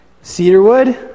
Cedarwood